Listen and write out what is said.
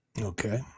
Okay